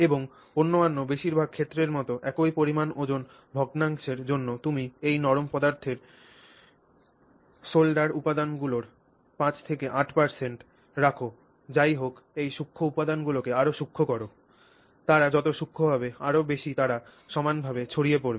এবং অন্যান্য বেশিরভাগ ক্ষেত্রের মত একই পরিমাণ ওজন ভগ্নাংশের জন্য তুমি এই নরম পদার্থের সোলডার উপাদানগুলির 5 8 রাখ যাইহোক এই সূক্ষ্ম উপাদানগুলিকে আরও সূক্ষ্ম কর তারা যত সূক্ষ্ম হবে আরও বেশি তারা সমানভাবে ছড়িয়ে পড়বে